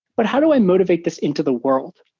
but how do i motivate this into the world?